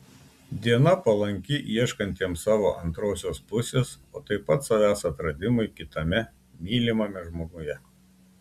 diena palanki ieškantiems savo antrosios pusės o taip pat savęs atradimui kitame mylimame žmoguje